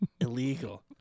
Illegal